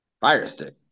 Firestick